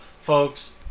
Folks